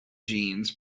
jeans